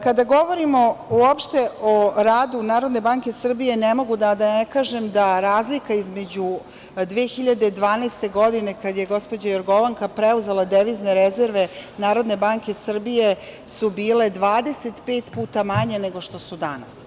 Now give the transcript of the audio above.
Kada govorimo uopšte o radu Narodne banke Srbije ne mogu a da ne kažem da razlika između 2012. godine, kada je gospođa Jorgovanka preuzela, devizne rezerve Narodne banke Srbije su bile 25 puta manje nego što su danas.